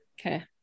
Okay